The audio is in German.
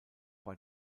bei